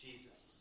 Jesus